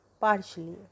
partially